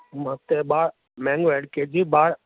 ಮತ್ತೆ ಬಾ ಮ್ಯಾಂಗೊ ಎರಡು ಕೆ ಜಿ ಬಾ